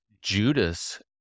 Judas